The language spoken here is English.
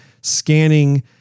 scanning